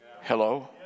Hello